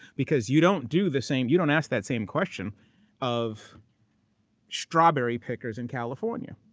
because you don't do the same. you don't ask that same question of strawberry pickers in california.